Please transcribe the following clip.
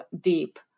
deep